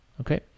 Okay